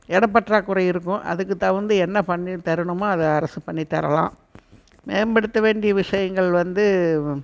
இடப்பற்றாக்குறை இருக்கும் அதுக்கு தகுந்த என்ன பண்ணி தரணுமோ அதை அரசு பண்ணி தரலாம் மேம்படுத்த வேண்டிய விஷயங்கள் வந்து